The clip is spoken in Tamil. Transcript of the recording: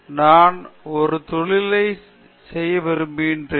நான் ஒரு தொழிலில் வேலை செய்ய விரும்புகிறேன்